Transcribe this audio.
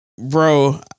Bro